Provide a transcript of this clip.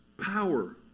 power